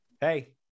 Hey